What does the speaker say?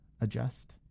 adjust